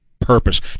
purpose